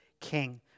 king